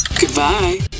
Goodbye